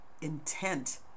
intent